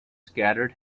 scattered